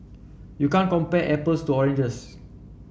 you can't compare apples to oranges